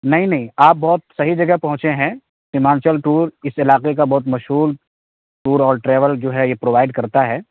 نہیں نہیں آپ بہت صحیح جگہ پہنچے ہیں ہیمانچل ٹور اس علاقے کا بہت مشہور ٹور اور ٹریول جو ہے یہ پرووائڈ کرتا ہے